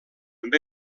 amb